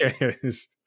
yes